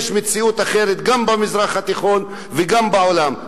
יש מציאות אחרת גם במזרח התיכון וגם בעולם.